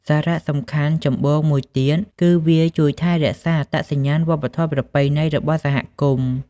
សារៈសំខាន់ចម្បងមួយទៀតគឺវាជួយថែរក្សាអត្តសញ្ញាណវប្បធម៌ប្រពៃណីរបស់សហគមន៍។